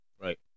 Right